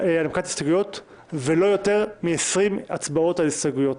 ולא יותר מ-20 הצבעות על הסתייגויות.